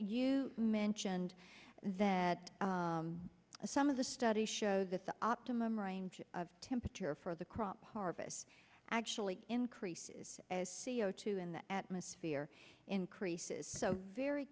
you mentioned that some of the studies show that the optimum range of temperature for the crop harvest actually increases as c o two in the atmosphere increases so very